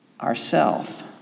ourself